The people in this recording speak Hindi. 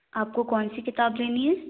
आपको कौन सी किताब लेनी है